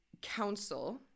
Council